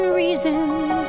reasons